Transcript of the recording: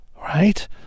right